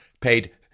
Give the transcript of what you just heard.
paid